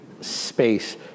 space